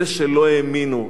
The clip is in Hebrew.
אלה שלא האמינו,